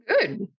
good